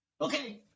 Okay